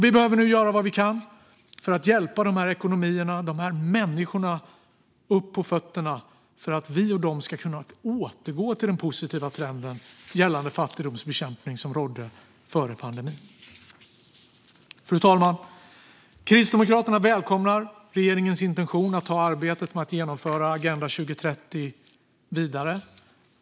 Vi behöver nu göra vad vi kan för att hjälpa de människorna och de ekonomierna att komma på fötter för att vi och de ska kunna återgå till den positiva trend gällande fattigdomsbekämpning som rådde före pandemin. Fru talman! Kristdemokraterna välkomnar regeringens intention att ta arbetet med att genomföra Agenda 2030 vidare.